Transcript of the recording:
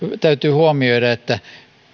täytyy huomioida että